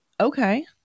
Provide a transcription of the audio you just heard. Okay